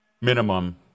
minimum